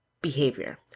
behavior